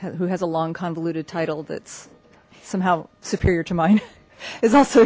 o who has a long convoluted title that's somehow superior to mine is also